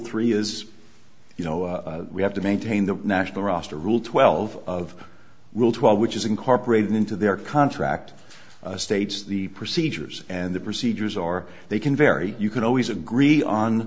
three is you know we have to maintain the national roster rule twelve of rule twelve which is incorporated into their contract states the procedures and the procedures or they can vary you can always agree on